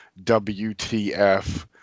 WTF